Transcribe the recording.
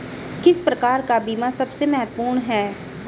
किस प्रकार का बीमा सबसे महत्वपूर्ण है?